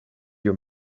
your